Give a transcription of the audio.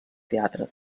teatre